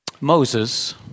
Moses